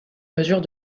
mesure